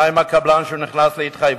מה עם הקבלן שנכנס להתחייבות?